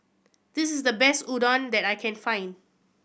this is the best Udon that I can find